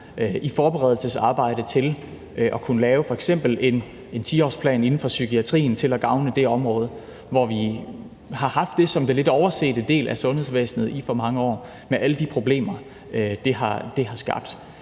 et forberedelsesarbejde med at kunne lave f.eks. en 10-årsplan inden for psykiatrien til at gavne det område, som vi har haft som den lidt oversete del af sundhedsvæsenet i for mange år med alle de problemer, det har skabt.